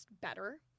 better